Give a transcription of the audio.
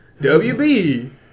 WB